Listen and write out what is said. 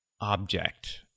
object